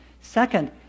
Second